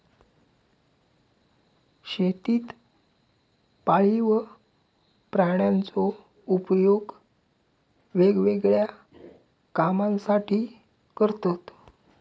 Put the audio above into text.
शेतीत पाळीव प्राण्यांचो उपयोग वेगवेगळ्या कामांसाठी करतत